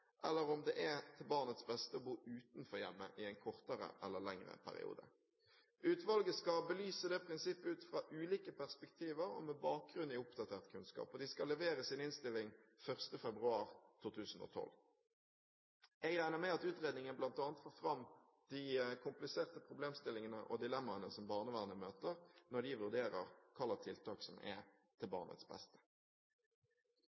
eller om det er til barnets beste å bo utenfor hjemmet i en kortere eller lengre periode. Utvalget skal belyse det prinsippet ut fra ulike perspektiver og med bakgrunn i oppdatert kunnskap, og de skal levere sin innstilling 1. februar 2012. Jeg regner med at utredningen bl.a. får fram de kompliserte problemstillingene og dilemmaene som barnevernet møter når de vurderer hvilke tiltak som er til